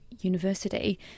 University